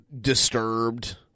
disturbed